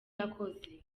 yakoze